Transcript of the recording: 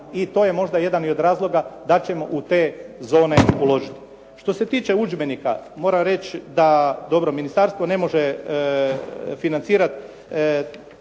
i to je možda jedan i od razloga da ćemo u te zone uložiti. Što se tiče udžbenika moram reći da, dobro ministarstvo ne može financirati